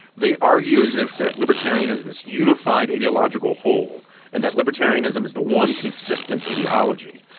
they argue as if the libertarian is this unified ideological whole and that libertarianism is the one consistent ideology.